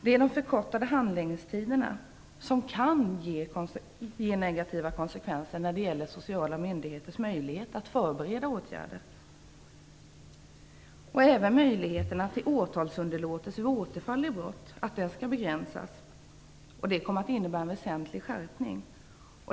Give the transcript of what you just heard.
Det är de förkortade handläggningstiderna som kan ge negativa konsekvenser när det gäller sociala myndigheters möjlighet att förbereda åtgärder och även att möjligheter till åtalsunderlåtelse vid återfall till brott begränsas. Det innebär en väsentlig skärpning.